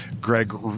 greg